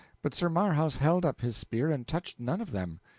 but sir marhaus held up his spear and touched none of them.